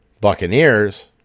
Buccaneers